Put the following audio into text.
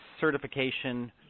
certification